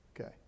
Okay